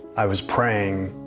i was praying